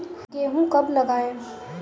गेहूँ कब लगाएँ?